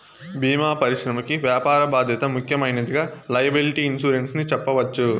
భీమా పరిశ్రమకి వ్యాపార బాధ్యత ముఖ్యమైనదిగా లైయబిలిటీ ఇన్సురెన్స్ ని చెప్పవచ్చు